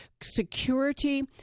security